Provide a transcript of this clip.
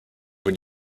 when